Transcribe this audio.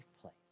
place